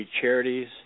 Charities